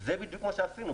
זה בדיוק מה שעשינו.